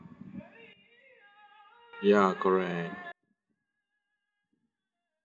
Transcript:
ya correct